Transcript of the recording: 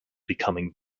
becoming